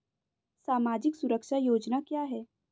सामाजिक सुरक्षा योजना क्या है?